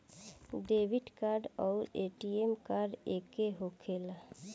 Debit card आउर ATM card एके होखेला?